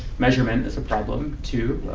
measurement is a problem. two,